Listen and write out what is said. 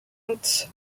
ants